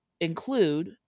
include